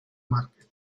márquez